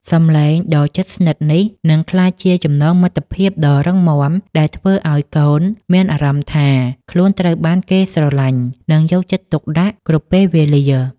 សំឡេងដ៏ជិតស្និទ្ធនេះនឹងក្លាយជាចំណងមិត្តភាពដ៏រឹងមាំ ដែលធ្វើឱ្យកូនមានអារម្មណ៍ថាខ្លួនត្រូវបានគេស្រឡាញ់ និងយកចិត្តទុកដាក់គ្រប់ពេលវេលា។